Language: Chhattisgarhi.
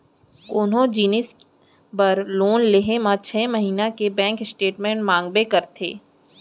कोनो जिनिस बर लोन लेहे म छै महिना के बेंक स्टेटमेंट मांगबे करथे